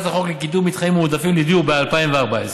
החוק לקידום מתחמים מועדפים לדיור ב-2014,